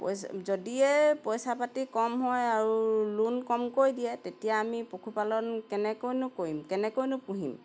পই যদি য়ে পইচা পাতি কম হয় আৰু লোন কমকৈ দিয়ে তেতিয়া আমি পশুপালন কেনেকৈনো কৰিম কেনেকৈনো পুহিম